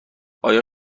آیا